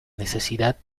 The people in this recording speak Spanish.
necesidad